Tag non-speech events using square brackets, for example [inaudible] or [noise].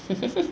[laughs]